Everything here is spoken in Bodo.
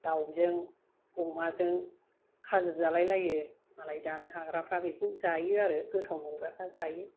दावजों अमाजों खाजि जालाय लायो मालाय जानो हाग्राफ्रा बेखौ जायो आरो गोथाव मोनग्राफ्रा जायो